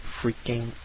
freaking